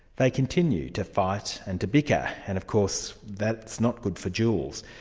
they continue to fight and to bicker, and of course that's not good for jules.